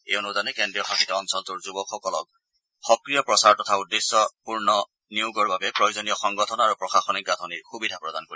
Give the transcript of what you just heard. এই অনুদানে কেন্দ্ৰীয় শাসিত অঞ্চলটোৰ যুৱকসকলক সক্ৰিয় প্ৰচাৰ তথা উদ্দেশ্যপূৰ্ণ নিয়োগৰ বাবে প্ৰয়োজনীয় সংগঠন আৰু প্ৰশাসিনক গাঁথনিৰ সুবিধা প্ৰদান কৰিব